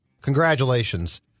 congratulations